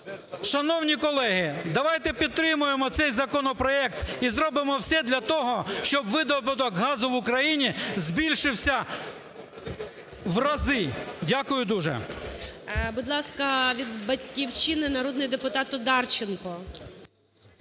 шановні колеги, давайте підтримаємо цей законопроект і зробимо все для того, щоб видобуток газу в Україні збільшився в рази. Дякую дуже. ГОЛОВУЮЧИЙ. Будь ласка, від "Батьківщини" народний депутатОдарченко.